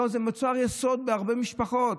זה מוצר יסוד בהרבה משפחות.